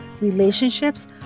relationships